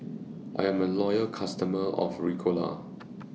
I'm A Loyal customer of Ricola